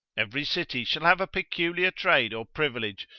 every city shall have a peculiar trade or privilege,